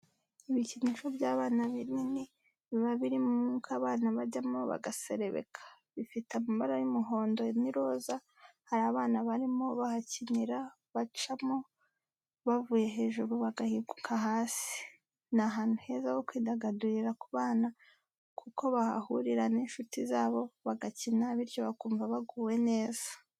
Ibikinisho by'abana binini biba birimo umwuka abana bajyamo bagaserebeka, bifite amabara y'umuhondo n'iroza, hari abana barimo bahakinira bacamo bavuye hejuru bagahinguka hasi. Ni ahantu heza ho kwidagadurira ku bana kuko bahahurira n'inshuti zabo bagakina, bityo bakumva baguwe neza.